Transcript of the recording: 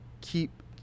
keep